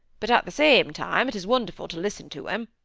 but, at the same time, it is wonderful to listen to him!